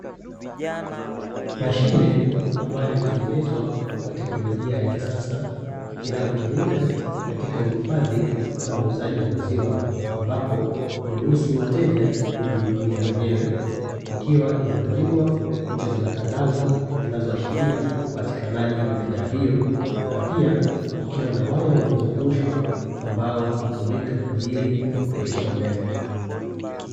Mashine ambayo imetengenezwa kwa teknologia ya kisasa inayotumika katika uhifadhi na uuzaji wa maziwa, ambapo huruhusu wateja kujihudumia wenyewe, ikiwa imebandikwa picha za matangazo zinazoashiria upatikanaji wa bidhaa hiyo na pia kukiwa na waya uliozungushwa ambao hutumika kwa ajili ya kupitisha umeme.